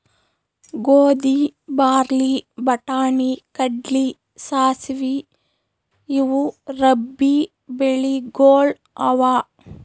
ಗೋಧಿ, ಬಾರ್ಲಿ, ಬಟಾಣಿ, ಕಡ್ಲಿ, ಸಾಸ್ವಿ ಇವು ರಬ್ಬೀ ಬೆಳಿಗೊಳ್ ಅವಾ